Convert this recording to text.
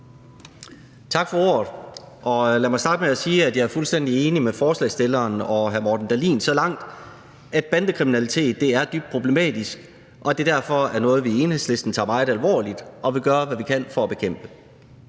tak for ordet. Lad mig starte med at sige, at jeg er fuldstændig enig med forslagsstilleren og hr. Morten Dahlin så langt, at bandekriminalitet er dybt problematisk, og at det derfor er noget, vi i Enhedslisten tager meget alvorligt og vil gøre, hvad vi kan, for at bekæmpe.